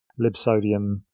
Libsodium